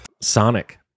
Sonic